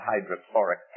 hydrochloric